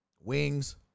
wings